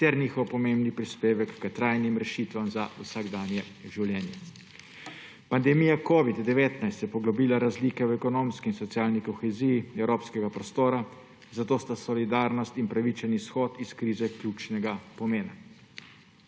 ter njihov pomembni prispevek k trajnim rešitvam za vsakdanje življenje. Pandemija covida-19 je poglobila razlike v ekonomski in socialni koheziji evropskega prostora, zato sta solidarnost in pravičen izhod iz krize ključnega pomena.